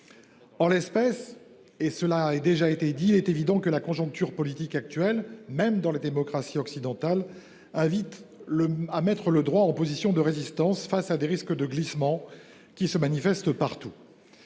En l’espèce, et cela a déjà été dit, il est évident que la conjoncture politique actuelle, même dans les démocraties occidentales, invite à mettre le droit en position de résistance face à des risques de glissement qui se manifestent partout.